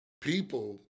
people